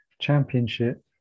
Championship